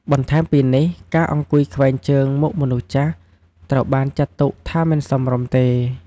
បន្ថែមពីនេះ ការអង្គុយខ្វែងជើងមុខមនុស្សចាស់ត្រូវបានចាត់ទុកថាមិនសមរម្យទេ។